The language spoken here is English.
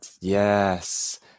Yes